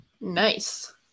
nice